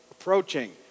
Approaching